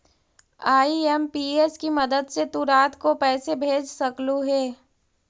IMPS की मदद से तु रात को पैसे भेज सकलू हे